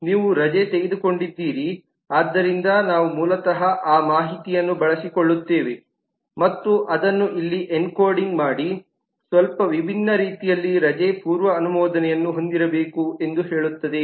ನೀವು ರಜೆ ತೆಗೆದುಕೊಂಡಿದ್ದೀರಿ ಆದ್ದರಿಂದ ನಾವು ಮೂಲತಃ ಆ ಮಾಹಿತಿಯನ್ನು ಬಳಸಿಕೊಳ್ಳುತ್ತೇವೆ ಮತ್ತು ಅದನ್ನು ಇಲ್ಲಿ ಎನ್ಕೋಡಿಂಗ್ ಮಾಡಿ ಸ್ವಲ್ಪ ವಿಭಿನ್ನ ರೀತಿಯಲ್ಲಿ ರಜೆ ಪೂರ್ವ ಅನುಮೋದನೆಯನ್ನು ಹೊಂದಿರಬೇಕು ಎಂದು ಹೇಳುತ್ತದೆ